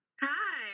Hi